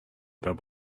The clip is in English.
about